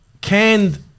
Canned